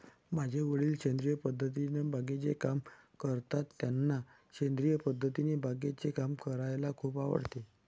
माझे वडील सेंद्रिय पद्धतीने बागेचे काम करतात, त्यांना सेंद्रिय पद्धतीने बागेचे काम करायला खूप आवडते